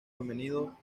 femenino